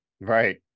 right